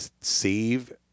save